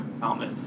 helmet